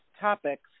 topics